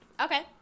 Okay